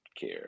care